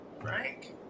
Frank